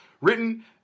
written